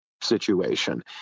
situation